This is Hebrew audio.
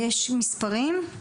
יש מספרים?